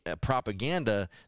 propaganda